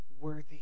worthy